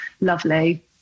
lovely